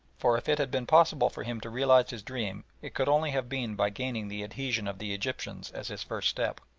for if it had been possible for him to realise his dream it could only have been by gaining the adhesion of the egyptians as his first step.